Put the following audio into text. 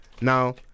Now